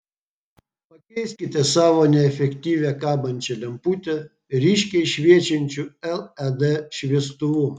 pakeiskite savo neefektyvią kabančią lemputę ryškiai šviečiančiu led šviestuvu